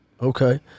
okay